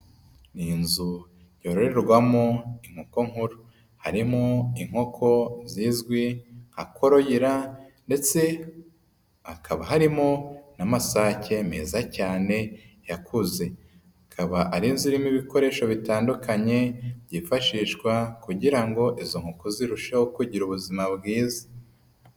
Ni inzu yororerwamo inkoko nkuru. Harimo inkoko zizwi nka Koroyira ndetse hakaba harimo n'amasake meza cyane yakuze. Ikaba ari inzu irimo ibikoresho bitandukanye byifashishwa kugira ngo izo nkoko zirusheho kugira ubuzima bwiza.